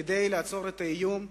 כדי לעצור את האיום,